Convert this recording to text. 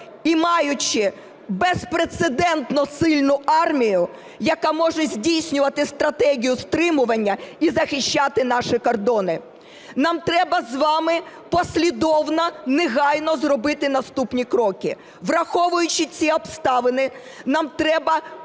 і маючи безпрецедентно сильну армію, яка може здійснювати стратегію стримування і захищати наші кордони. Нам треба з вами послідовно негайно зробити наступні кроки. Враховуючи ці обставини, нам треба